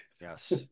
Yes